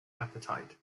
appetite